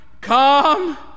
come